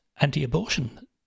anti-abortion